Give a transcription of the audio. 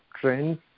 trends